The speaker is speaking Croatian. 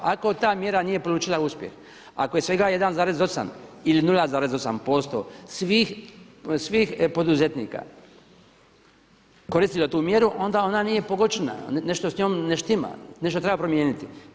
Ako ta mjera nije polučila uspjeh, ako je svega 1,8 ili 08% svih poduzetnika koristilo tu mjeru onda ona nije pogođena, nešto s njom ne štima, nešto treba promijeniti.